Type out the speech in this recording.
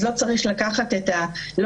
אז לא צריך לפנות למטפלת?